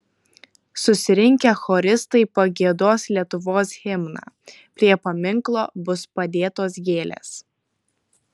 susirinkę choristai pagiedos lietuvos himną prie paminklo bus padėtos gėlės